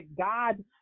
God